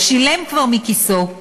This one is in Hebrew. או שילם כבר מכיסו.